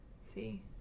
See